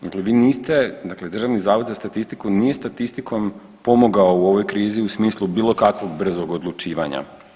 Dakle, vi niste, dakle Državni zavod za statistiku nije statistikom pomogao u ovoj krizi u smislu bilo kakvog brzog odlučivanja.